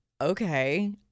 okay